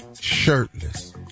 shirtless